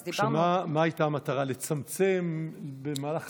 אז דיברנו, ומה הייתה המטרה, לצמצם במהלך הדרגתי?